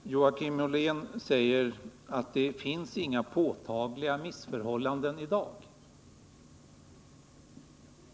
Herr talman! Joakim Ollén säger att det inte finns några påtagliga missförhållanden i dag.